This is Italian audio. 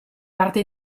parte